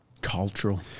Cultural